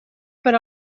per